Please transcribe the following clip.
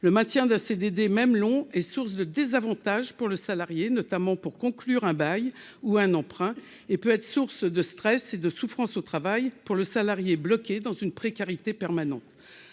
Le maintien d'un CDD, même long, est source de désavantages pour le salarié, notamment pour conclure un bail ou un emprunt, et peut être source de stress et de souffrance au travail pour le salarié bloqué dans une précarité permanente.